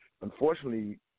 unfortunately